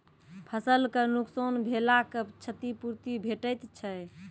फसलक नुकसान भेलाक क्षतिपूर्ति भेटैत छै?